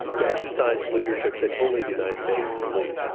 to exercise leadership that only the united states can lead.